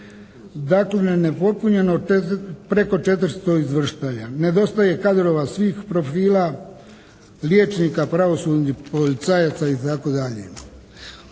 razumije se./ … preko 400 izvršitelja. Nedostaje kadrova svih profila, liječnika, pravosudnih policajaca itd.